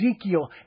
Ezekiel